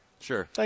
Sure